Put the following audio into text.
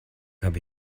habe